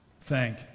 thank